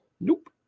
nope